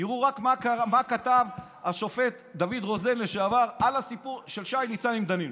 תראו רק מה כתב השופט לשעבר דוד רוזן על הסיפור של שי ניצן עם דנינו.